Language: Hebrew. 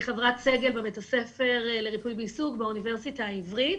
אני חברת סגל בבית הספר לריפוי בעיסוק באוניברסיטה העברית